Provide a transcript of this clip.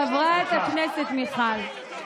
חברת הכנסת מיכל,